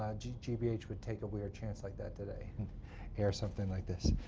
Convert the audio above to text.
ah gbh would take a weird chance like that today and air something like this.